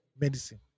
medicine